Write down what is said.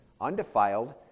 undefiled